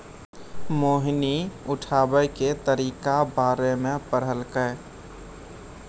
मोहिनी उठाबै के तरीका बारे मे पढ़लकै